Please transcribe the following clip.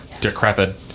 Decrepit